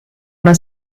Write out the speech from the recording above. una